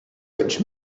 rich